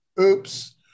oops